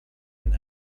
and